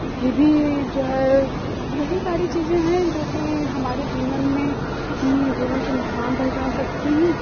एक यह भी जो है यही सारी चीज़ें हैं जोकि हमारे जीवन में जीवन को नुकसान पहुँचा सकती हैं